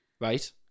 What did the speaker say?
Right